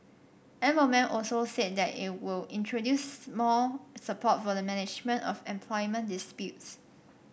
M O M also said that it will introduce more support for the management of employment disputes